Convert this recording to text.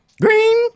Green